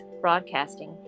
broadcasting